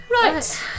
Right